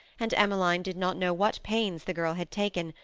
and emmeline did not know what pains the girl had taken,